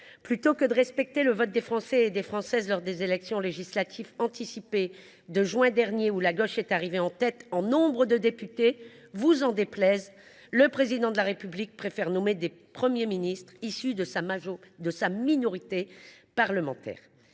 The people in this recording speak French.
Plutôt que de respecter le vote des Françaises et des Français lors des élections législatives anticipées de juin dernier, où la gauche est arrivée en tête en nombre de députés, ne vous en déplaise, le Président de la République préfère nommer des Premiers ministres issus de sa minorité parlementaire.